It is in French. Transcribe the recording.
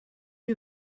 est